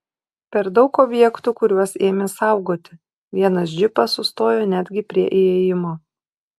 per daug objektų kuriuos ėmė saugoti vienas džipas sustojo netgi prie įėjimo